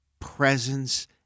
presence